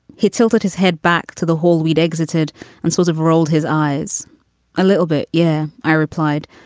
he tilted his head back to the hole we'd exited and sort of rolled his eyes a little bit. yeah, i replied,